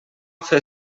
fer